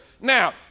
Now